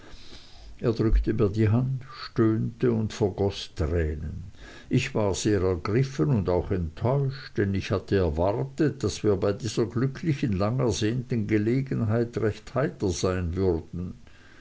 er drückte mir die hand stöhnte und vergoß tränen ich war sehr ergriffen und auch enttäuscht denn ich hatte erwartet daß wir bei dieser glücklichen langersehnten gelegenheit recht heiter sein würden